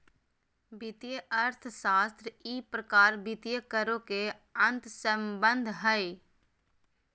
वित्तीय अर्थशास्त्र ई प्रकार वित्तीय करों के अंतर्संबंध हइ